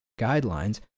guidelines